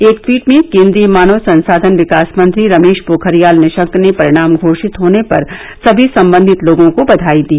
एक टवीट में केन्द्रीय मानव संसाधन विकास मंत्री रमेश पोखरियाल निशंक ने परिणाम घोषित होने पर सभी संबंधित लोगों को बधाई दी